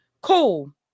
cool